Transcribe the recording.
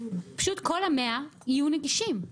כל המאה יהיו נגישים.